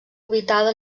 habitada